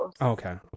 Okay